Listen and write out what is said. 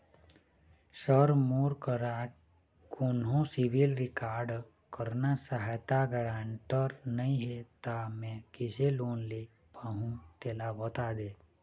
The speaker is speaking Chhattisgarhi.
सर मोर करा कोन्हो सिविल रिकॉर्ड करना सहायता गारंटर नई हे ता मे किसे लोन ले पाहुं तेला बता दे